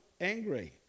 angry